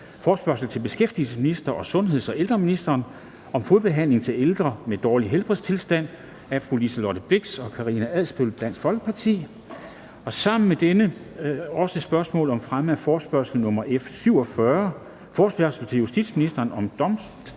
Forespørgsel til beskæftigelsesministeren og sundheds- og ældreministeren om fodbehandling til ældre med en dårlig helbredstilstand. Af Liselott Blixt (DF) og Karina Adsbøl (DF). (Anmeldelse 20.02.2020). 4) Spørgsmål om fremme af forespørgsel nr. F 47: Forespørgsel til justitsministeren om